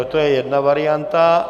To je jedna varianta.